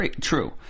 True